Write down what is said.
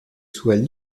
soient